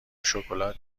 شکلات